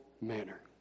manner